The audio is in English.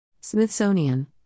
Smithsonian